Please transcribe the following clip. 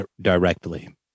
directly